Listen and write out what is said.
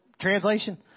Translation